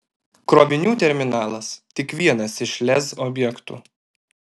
krovinių terminalas tik vienas iš lez objektų